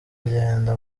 agenda